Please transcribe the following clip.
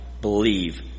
believe